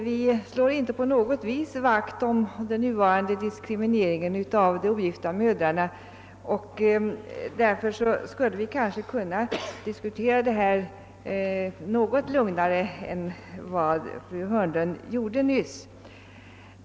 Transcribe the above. Vi slår inte på något sätt vakt om den nuvarande diskrimineringen av de ogifta mödrarna. Därför skulle vi kanske kunna diskutera detta något lugnare än fru Hörnlund gjorde nyss.